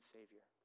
Savior